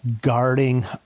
guarding